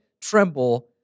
tremble